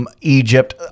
Egypt